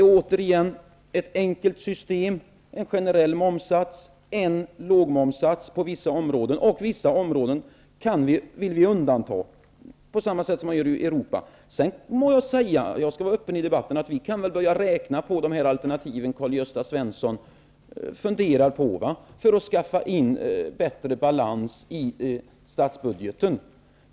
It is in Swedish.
Vi vill ha ett enkelt system med en generell momssats och en lågmomssats på vissa områden, och vi vill undanta vissa områden från moms på samma sätt som man gör i Europa. Jag skall vara öppen i debatten. Vi kan väl börja räkna på de alternativ Karl-Gösta Svenson funderar på för att skaffa bättre balans i statsbudgeten.